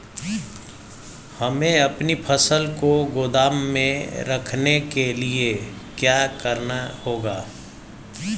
हमें अपनी फसल को गोदाम में रखने के लिये क्या करना होगा?